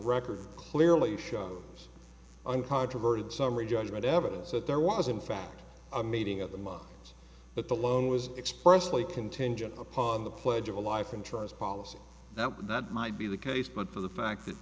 record clearly shows uncontroverted summary judgment evidence that there was in fact a meeting of the law but the loan was expressly contingent upon the pledge of a life insurance policy that would that might be the case but for the fact that